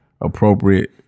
appropriate